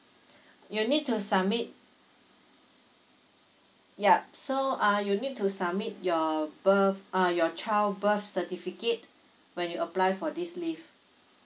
you need to submit yup so uh you need to submit your birth~ uh your child birth certificate when you apply for this leave